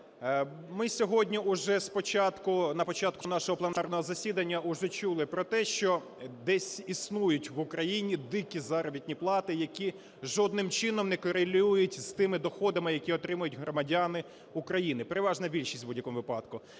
Ми сьогодні на початку нашого пленарного засідання уже чули про те, що десь існують в Україні дикі заробітні плати, які жодним чином не корелюють з тими доходами, які отримують громадяни України, переважна більшість в будь-якому випадку.